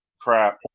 crap